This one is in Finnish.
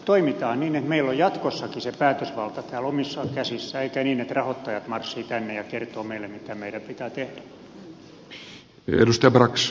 toimitaan niin että meillä on jatkossakin se päätösvalta täällä omissa käsissä eikä niin että rahoittajat marssivat tänne ja kertovat meille mitä meidän pitää tehdä